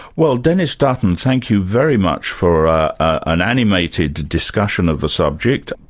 well dennis dutton thank you very much for an animated discussion of the subject.